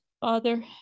Father